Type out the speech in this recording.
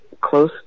close